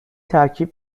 ترکیب